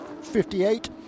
58